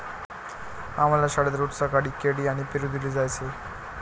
आम्हाला शाळेत रोज सकाळी केळी आणि पेरू दिले जायचे